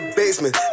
basement